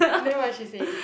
then what she say